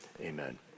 amen